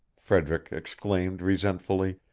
frederick exclaimed resentfully,